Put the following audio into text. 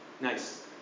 Nice